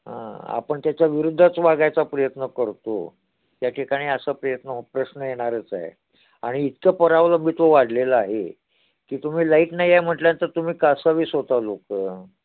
हां आपण त्याच्या विरुद्धच वागायचा प्रयत्न करतो त्या ठिकाणी असा प्रयत्न हो प्रश्न येणारच आहे आणि इतकं परावलंबित्व वाढलेलं आहे की तुम्ही लाईट नाही आहे म्हटल्यानंतर तुम्ही कसावीस होता लोकं